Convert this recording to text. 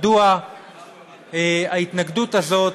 מדוע ההתנגדות הזו,